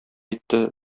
итте